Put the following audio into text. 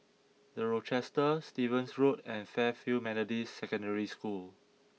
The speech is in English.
the Rochester Stevens Road and Fairfield Methodist Secondary School